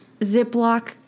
Ziploc